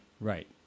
Right